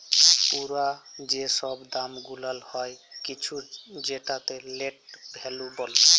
পুরা যে ছব দাম গুলাল হ্যয় কিছুর সেটকে লেট ভ্যালু ব্যলে